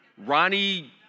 Ronnie